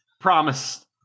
Promise